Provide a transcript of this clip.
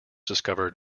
discovered